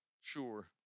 sure